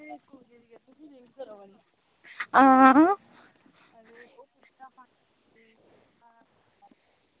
आं